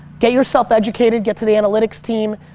get yourself educated, get to the analytics team,